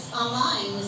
online